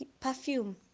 perfume